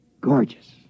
gorgeous